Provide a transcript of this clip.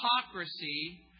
hypocrisy